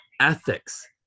ethics